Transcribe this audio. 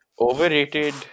Overrated